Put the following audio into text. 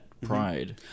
pride